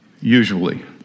usually